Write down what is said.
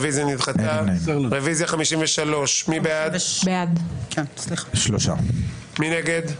הצבעה בעד, 4 נגד,